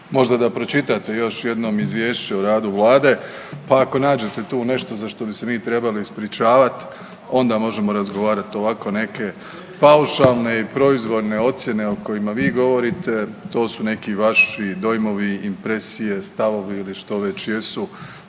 Možda da pročitate još jednom izvješće o radu vlade, pa ako nađete tu nešto za što bi se mi trebali ispričavat onda možemo razgovarat, a ovako neke paušalne i proizvoljne ocijene o kojim vi govorite, to su neki vaši dojmovi, impresije, stavovi ili što već jesu,